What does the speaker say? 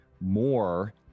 more